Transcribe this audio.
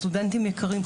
סטודנטים יקרים,